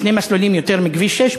שני מסלולים יותר מכביש 6,